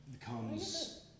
comes